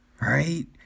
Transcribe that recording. right